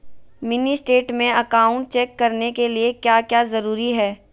Mini state में account check करने के लिए क्या क्या जरूरी है?